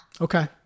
Okay